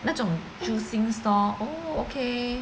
那种 juicing store oh okay